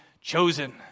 chosen